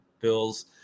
Bills